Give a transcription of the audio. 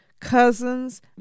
cousins